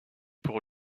pour